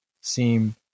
seem